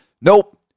Nope